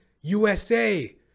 USA